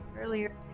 earlier